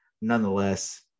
nonetheless